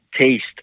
taste